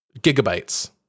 gigabytes